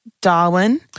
Darwin